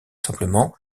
simplement